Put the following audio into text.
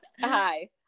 Hi